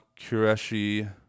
Kureshi